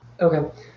Okay